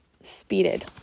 speeded